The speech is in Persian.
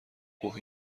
اوه